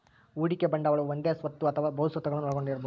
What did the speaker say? ಹೂಡಿಕೆ ಬಂಡವಾಳವು ಒಂದೇ ಸ್ವತ್ತು ಅಥವಾ ಬಹು ಸ್ವತ್ತುಗುಳ್ನ ಒಳಗೊಂಡಿರಬೊದು